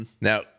Now